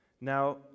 Now